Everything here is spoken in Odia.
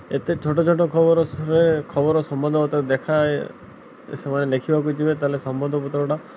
ଏତେ ଛୋଟ ଛୋଟ ଖବରରେ ଖବର ସମ୍ବାଦ ପତ୍ର ଦେଖାଏ ସେମାନେ ଲେଖିବାକୁ ଯିବେ ତା'ହେଲେ ସମ୍ବାଦ ପତ୍ରଟା